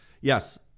Yes